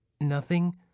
Nothing